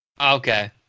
Okay